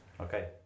Okay